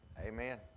Amen